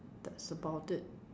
that's about it